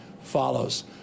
follows